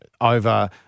over